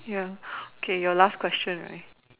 ya K your last question right